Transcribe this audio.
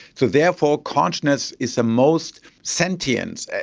so therefore consciousness is the most sentience,